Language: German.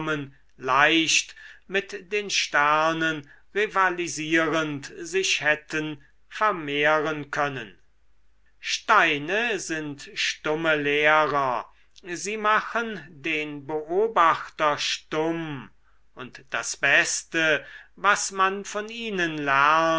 leicht mit den sternen rivalisierend sich hätten vermehren können steine sind stumme lehrer sie machen den beobachter stumm und das beste was man von ihnen lernt